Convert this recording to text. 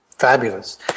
Fabulous